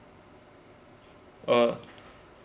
uh